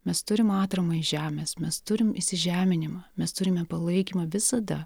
mes turim atramą iš žemės mes turim įsižeminimą mes turime palaikymą visada